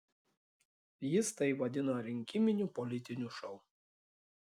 jis tai vadino rinkiminiu politiniu šou